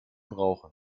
brauchen